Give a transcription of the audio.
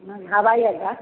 हँ हवाइअड्डा